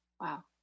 wow